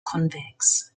convex